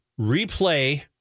replay